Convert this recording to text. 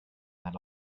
that